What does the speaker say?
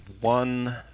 one